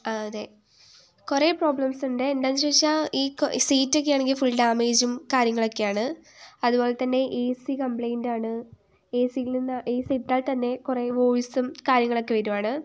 ആ അതെ കുറേ പ്രോബ്ലംസ് ഉണ്ട് എന്താണെന്നു ചോദിച്ചാൽ ഈ സീറ്റൊക്കെയാണെങ്കിൽ ഫുൾ ഡാമേജും കാര്യങ്ങളും ഒക്കെയാണ് അതുപോലെതന്നെ എ സി കംപ്ലയിൻ്റ് ആണ് എ സിയിൽ നിന്ന് എ സി ഇട്ടാൽ തന്നെ കുറേ വോയിസും കാര്യങ്ങളൊക്കെ വരികയാണ്